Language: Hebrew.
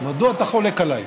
מדוע אתה חולק עליי.